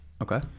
Okay